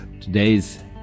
Today's